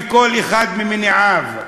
וכל אחד ממניעיו,